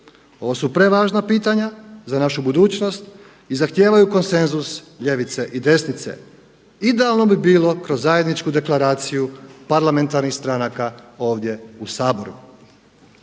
Ovo su prevažna pitanja za našu budućnost i zahtijevaju konsenzus ljevice i desnice. Idealno bi bilo kroz zajedničku deklaraciju parlamentarnih stranaka ovdje u Saboru.